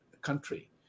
country